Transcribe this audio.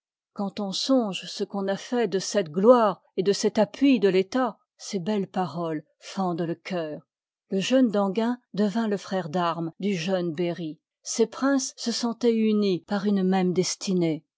quand on songe ce qu'on a fait de cette gloire et de cet appui de l'etat ces belles paroles fendent le cœur le jeune d'enghien devint le frère d'armes du jeune berry ces princes se sentoient unis par une même destinée